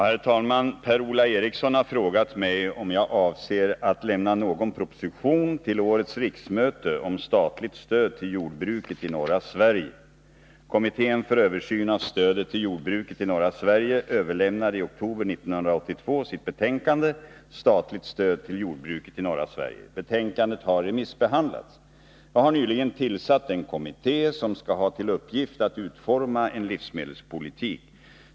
Herr talman! Per-Ola Eriksson har frågat mig om jag avser att till årets riksmöte lämna någon proposition om statligt stöd till jordbruket i norra Sverige. Kommittén för översyn av stödet till jordbruket i norra Sverige överlämnade i oktober 1982 sitt betänkande Statligt stöd till jordbruket i norra Sverige. Betänkandet har remissbehandlats. Jag har nyligen tillsatt den kommitté som skall ha till uppgift att utforma en livsmedelspolitik.